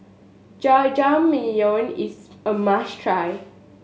jajangmyeon is a must try